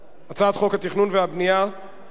הצעת חוק התכנון והבנייה (תיקון,